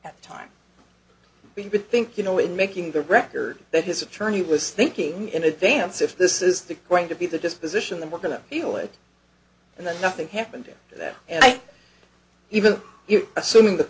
at the time being but i think you know in making the record that his attorney was thinking in advance if this is the going to be the disposition then we're going to feel it and then nothing happened to that and i even assuming the